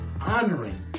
honoring